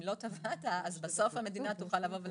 שאם לא תבעת אז המדינה תוכל לבקש ממך להחזיר.